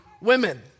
women